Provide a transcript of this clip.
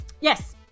Yes